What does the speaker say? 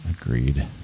Agreed